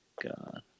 God